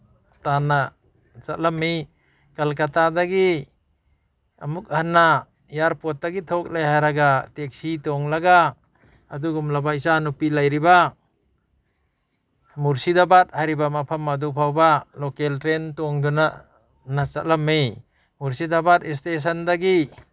ꯇꯥꯟꯅ ꯆꯠꯂꯝꯃꯤ ꯀꯜꯀꯇꯥꯗꯒꯤ ꯑꯃꯨꯛ ꯍꯟꯅ ꯏꯌꯥꯔꯄꯣꯔꯠꯇꯒꯤ ꯊꯣꯛꯂꯦ ꯍꯥꯏꯔꯒ ꯇꯦꯛꯁꯤ ꯇꯣꯡꯂꯒ ꯑꯗꯨꯨꯒꯨꯝꯂꯕ ꯏꯆꯥꯅꯨꯄꯤ ꯂꯩꯔꯤꯕ ꯃꯨꯔꯁꯤꯗꯕꯥꯗ ꯍꯥꯏꯔꯤꯕ ꯃꯐꯝ ꯑꯗꯨ ꯐꯥꯎꯕ ꯂꯣꯀꯦꯜ ꯇ꯭ꯔꯦꯟ ꯇꯣꯡꯗꯅ ꯆꯠꯂꯝꯃꯤ ꯃꯨꯔꯁꯤꯗꯕꯥꯗ ꯏꯁꯇꯦꯁꯟꯗꯒꯤ